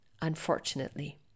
unfortunately